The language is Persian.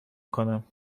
کنم